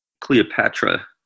cleopatra